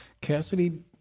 Cassidy